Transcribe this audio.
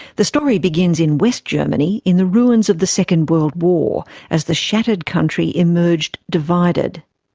the story begins in west germany in the ruins of the second world war, as the shattered country emerged divided.